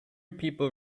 people